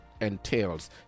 entails